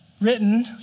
written